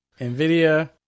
nvidia